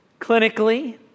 Clinically